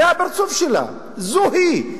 זה הפרצוף שלה, זו היא.